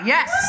Yes